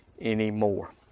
anymore